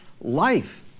life